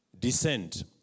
descent